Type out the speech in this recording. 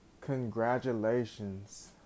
congratulations